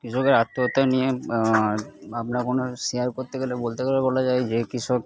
কৃষকদের আত্মহত্যা নিয়ে আমরা কোনো শেয়ার করতে গেলে বলতে গেলে বলা যায় যে কৃষক